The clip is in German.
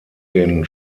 den